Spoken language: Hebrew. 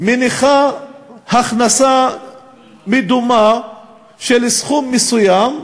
מניחה הכנסה מדומה של סכום מסוים,